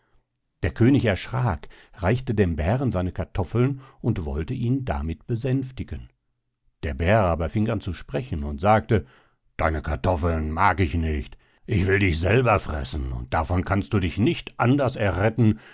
der könig erschrack reichte dem bären seine kartoffeln und wollte ihn damit besänftigen der bär aber fing an zu sprechen und sagte deine kartoffeln mag ich nicht ich will dich selber fressen und davon kannst du dich nicht anders erretten